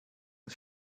ist